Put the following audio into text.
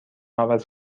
عوض